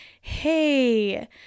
hey